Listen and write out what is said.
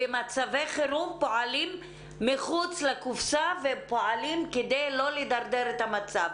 במצבי חירום פועלים מחוץ לקופסא כדי לא לדרדר את המצב.